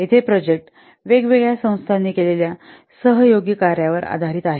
येथे प्रोजेक्ट वेगवेगळ्या संस्थांनी केलेल्या काही सहयोगी कार्यावर आधारित आहेत